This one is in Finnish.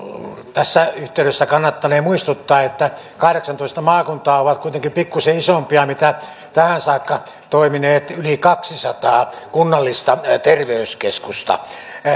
tässä yhteydessä kannattanee muistuttaa että kahdeksantoista maakuntaa ovat kuitenkin pikkuisen isompia kuin tähän saakka toimineet yli kaksisataa kunnallista terveyskeskusta